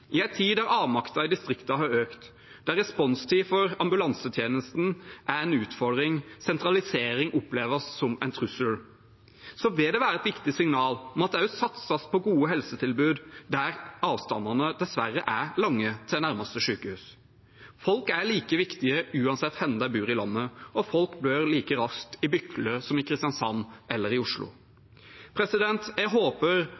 I en tid der avmakten i distriktene har økt, der responstiden for ambulansetjenesten er en utfordring, og der sentralisering oppleves som en trussel, vil det være et viktig signal om at det også satses på gode helsetilbud der avstandene dessverre er lange til nærmeste sykehus. Folk er like viktige uansett hvor i landet de bor, og folk blør like raskt i Bykle som i Kristiansand eller Oslo. Jeg håper